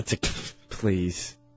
Please